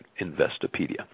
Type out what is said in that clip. Investopedia